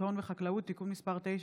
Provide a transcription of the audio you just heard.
סעיף העונשין),